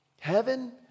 heaven